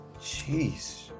Jeez